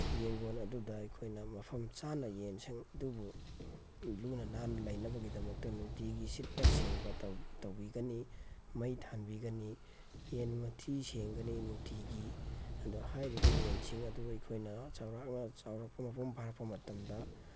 ꯌꯦꯟꯒꯣꯟ ꯑꯗꯨꯗ ꯑꯩꯈꯣꯏꯅ ꯃꯐꯝ ꯆꯥꯅ ꯌꯦꯟꯁꯤꯡ ꯑꯗꯨꯕꯨ ꯂꯨꯅ ꯅꯥꯟꯅ ꯂꯩꯅꯕꯒꯤꯗꯃꯛꯇ ꯅꯨꯡꯇꯤꯒꯤ ꯁꯤꯠꯄ ꯁꯦꯡꯕ ꯇꯧꯕꯤꯒꯅꯤ ꯃꯩ ꯊꯥꯟꯕꯤꯒꯅꯤ ꯌꯦꯟ ꯃꯊꯤ ꯁꯦꯡꯒꯅꯤ ꯅꯨꯡꯇꯤꯒꯤ ꯑꯗ ꯍꯥꯏꯔꯤꯕ ꯌꯦꯟꯁꯤꯡ ꯑꯗꯨ ꯑꯩꯈꯣꯏꯅ ꯆꯥꯎꯔꯥꯛꯅ ꯆꯥꯎꯔꯛꯄ ꯃꯄꯨꯡ ꯐꯥꯔꯛꯄ ꯃꯇꯝꯗ